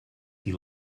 qui